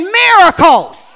miracles